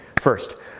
first